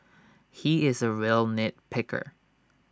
he is A real nit picker